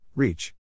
Reach